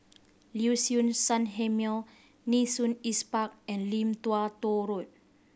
Liuxun Sanhemiao Nee Soon East Park and Lim Tua Tow Road